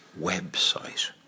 website